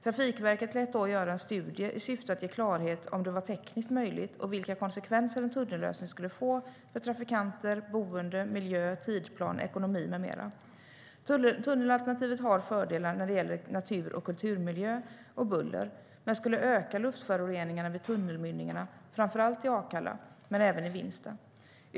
Trafikverket lät då göra en studie i syfte att ge klarhet om det var tekniskt möjligt och vilka konsekvenser en tunnellösning skulle få för trafikanter, boende, miljö, tidsplan, ekonomi med mera. Tunnelalternativet har fördelar när det gäller natur och kulturmiljö och buller men skulle öka luftföroreningarna vid tunnelmynningarna, framför allt i Akalla men även i Vinsta.